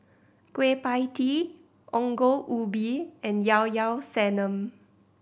Kueh Pie Tee Ongol Ubi and Llao Llao Sanum